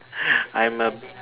I'm a